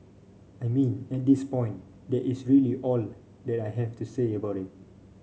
I mean at this point that is really all that I have to say about it